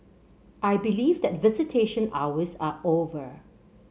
I believe that visitation hours are over